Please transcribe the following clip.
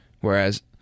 Whereas